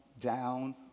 down